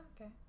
okay